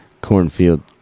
Cornfield